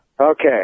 Okay